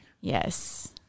Yes